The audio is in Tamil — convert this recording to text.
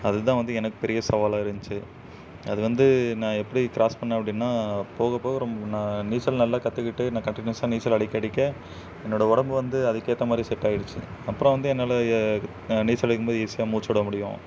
அது தான் வந்து எனக் பெரிய சவாலாக இருந்துச்சி அது வந்து நான் எப்படி க்ராஸ் பண்ணேன் அப்படின்னா போக போக ரொம் நான் நீச்சல் நல்லா கற்றுக்கிட்டு நான் கண்டினியூஸாக நீச்சல் அடிக்க அடிக்க என்னோடய உடம்பு வந்து அதுக்கேற்ற மாதிரி செட்டாயிடுச்சு அப்பறம் வந்து என்னால் எ நீச்சல் அடிக்கும்போது ஈஸியாக மூச்சுவிட முடியும்